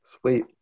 Sweet